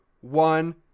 one